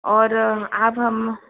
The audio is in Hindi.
और अब हम